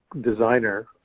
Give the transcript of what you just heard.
designer